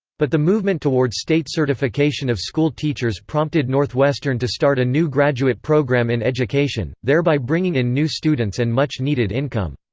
but the movement toward state certification of school teachers prompted northwestern to start a new graduate program in education, thereby bringing in new students and much needed income.